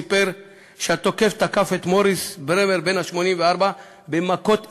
סיפר שהתוקף תקף את מוריס ברמר בן ה-84 במכות אגרופים,